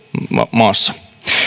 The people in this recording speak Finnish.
maassa